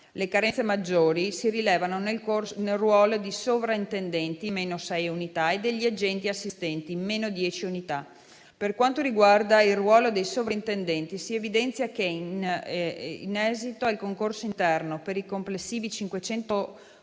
Le carenze maggiori si rilevano nel ruolo di sovrintendenti (meno sei unità) e degli agenti assistenti (meno dieci unità). Per quanto riguarda il ruolo dei sovrintendenti, si evidenzia che, in esito al concorso interno per complessivi 583 posti,